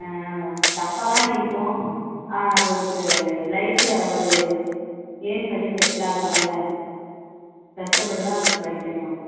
டஃபாக தான் இருக்கும் ஆனால் அவளுக்கு லைப்பில் ஒரு எய்ம் பண்ணி செட்டில் ஆகலாம்ல கஷ்டப்பட்டு தான் அதுக்கு படிக்கணும்